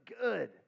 good